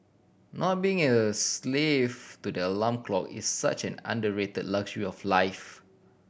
not being a slave to the alarm clock is such an underrated luxury life